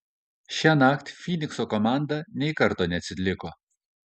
šiąnakt fynikso komanda nei karto neatsiliko